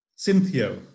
Cynthia